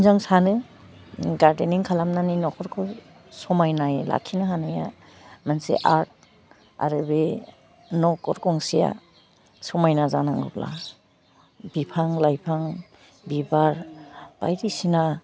जों सानो गार्डेनिं खालामनानै न'खरखौ समाइनायै लाखिनो हानाया मोनसे आर्ट आरो बे न'खर गंसेया समाइना जानांगौब्ला बिफां लाइफां बिबार बायदिसिना